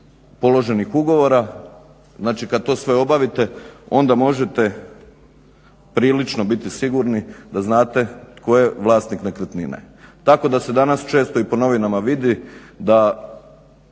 položenih ugovora. Znači, kad to sve obavite onda možete prilično biti sigurni da znate tko je vlasnik nekretnine. Tako da se danas često i po novinama vidi da